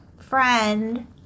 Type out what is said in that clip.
friend